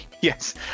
Yes